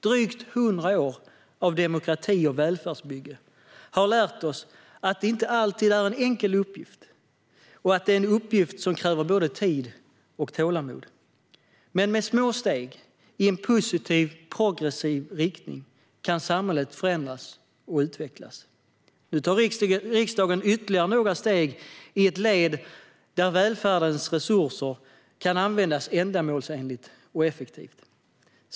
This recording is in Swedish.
Drygt 100 år av demokrati och välfärdsbygge har lärt oss att det inte alltid är en enkel uppgift och att det är en uppgift som kräver både tid och tålamod. Men med små steg i en positiv och progressiv riktning kan samhället förändras och utvecklas. Nu tar riksdagen ytterligare några steg i ett led där välfärdens resurser kan användas ändamålsenligt och effektivt.